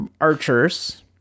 Archers